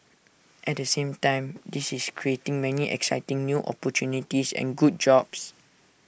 at the same time this is creating many exciting new opportunities and good jobs